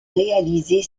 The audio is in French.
réaliser